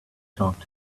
talk